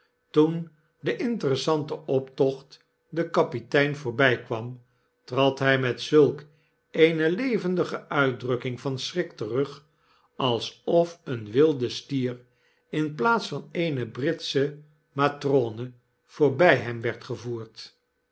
toen de interessante optocht den kapitein voorbykwam trad hy met zulk eene levendige uitdrukking van schrik terug alsof een wilde stier in plaats van eene britsche matrone voorbij hem werd gevoerd